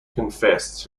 confessed